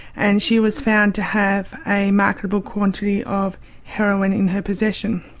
and she was found to have a marketable quantity of heroin in her possession.